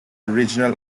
original